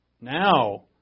now